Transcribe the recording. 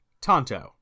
Tonto